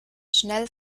schnell